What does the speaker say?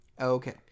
Okay